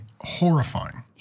horrifying